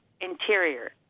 interior